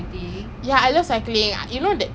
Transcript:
dey we always come punggol we need to go there lah